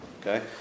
okay